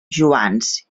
joans